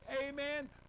amen